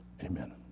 amen